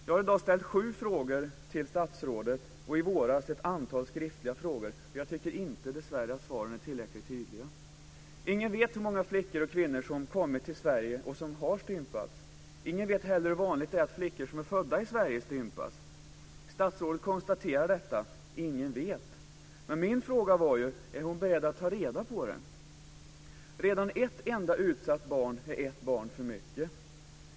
Jag har i dag ställt sju frågor till statsrådet, och i våras ställde jag ett antal skriftliga frågor. Jag tycker dessvärre inte att svaren är tillräckligt tydliga. Ingen vet hur många flickor och kvinnor som kommit till Sverige och som har stympats. Ingen vet heller hur vanligt det är att flickor som är födda i Sverige stympas. Statsrådet konstaterar att ingen vet. Men min fråga var: Är hon beredd att ta reda på det? Redan ett enda utsatt barn är ett barn för mycket.